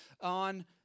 on